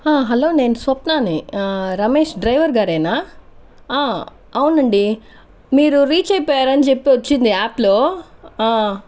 hello నేను స్వప్నని Ramesh driver గారేనా అవునండి మీరు రీచ్ అయిపోయారని చెప్పి వచ్చింది యాప్లో